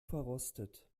verrostet